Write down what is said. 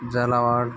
Jhalawar